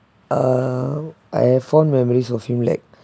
uh I have fond memories of him like